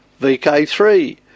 VK3